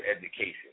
education